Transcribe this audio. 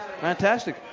Fantastic